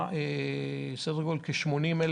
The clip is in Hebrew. ועוד כ-40,000